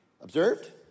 observed